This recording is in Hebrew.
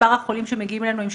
ה-20 בדצמבר 2021 למניינם.